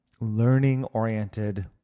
learning-oriented